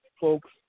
folks